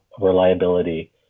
reliability